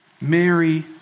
Mary